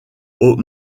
aux